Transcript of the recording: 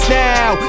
now